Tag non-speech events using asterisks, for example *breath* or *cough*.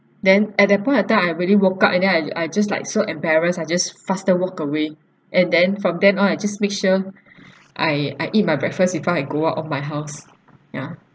then at that point of time I really woke up and then I I just like so embarrassed I just faster walk away and then from then on I just make sure *breath* I I eat my breakfast before I go out of my house ya